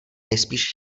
nejspíš